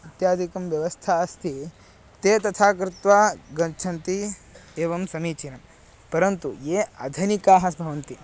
इत्यादिकं व्यवस्था अस्ति ते तथा कृत्वा गच्छन्ति एवं समीचीनं परन्तु ये अधनिकाः सन्ति भवन्ति